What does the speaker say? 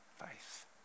faith